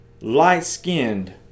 light-skinned